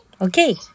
Okay